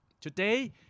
Today